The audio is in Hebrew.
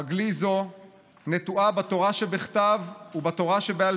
רגלי זו נטועה בתורה שבכתב ובתורה שבעל